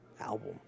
album